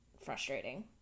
frustrating